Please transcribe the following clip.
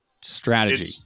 strategy